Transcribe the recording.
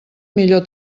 millor